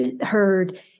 heard